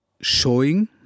showing